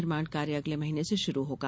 निर्माण कार्य अगले महीने से शुरू होगा